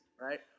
right